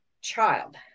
child